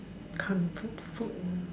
come try the food